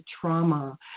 trauma